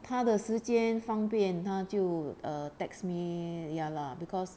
他的时间方便他就 uh text me ya lah because